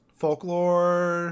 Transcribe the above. folklore